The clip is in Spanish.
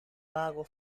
vago